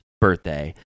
birthday